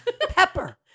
Pepper